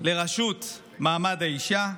לרשות מעמד האישה,